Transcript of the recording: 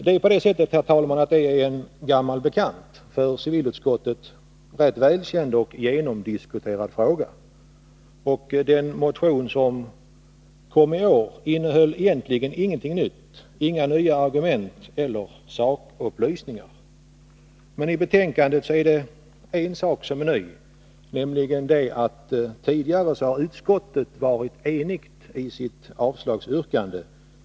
Det är en gammal bekant för civilutskottet — en rätt välkänd och genomdiskuterad fråga. Den motion som kom i år innehöll egentligen ingenting nytt, inga nya argument eller sakupplysningar. Men i betänkandet är det en sak som är ny. Tidigare har nämligen utskottet varit enigt i sitt avslagsyrkande.